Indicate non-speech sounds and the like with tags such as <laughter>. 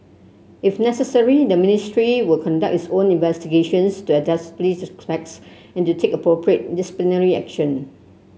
if necessary the Ministry will conduct its own investigations to <unintelligible> the facts and to take appropriate disciplinary action